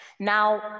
Now